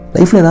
Life